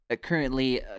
currently